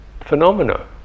phenomena